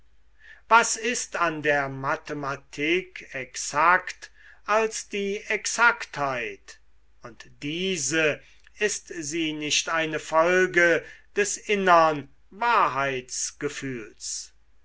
was ist an der mathematik exakt als die exaktheit und diese ist sie nicht eine folge des innern